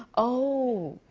oh.